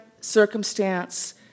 circumstance